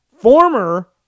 former